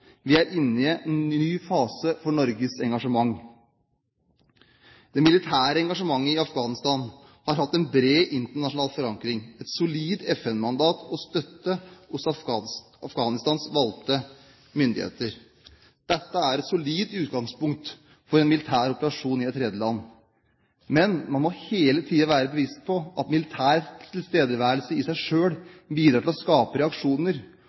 Vi er inne i en ny fase for Norges engasjement. Det militære engasjementet i Afghanistan har hatt en bred internasjonal forankring, et solid FN-mandat og støtte hos Afghanistans valgte myndigheter. Dette er et solid utgangspunkt for en militær operasjon i et tredjeland, men man må hele tiden være bevisst på at militær tilstedeværelse i seg selv bidrar til å skape reaksjoner,